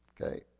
Okay